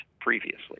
previously